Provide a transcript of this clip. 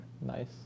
Nice